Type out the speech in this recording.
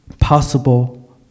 possible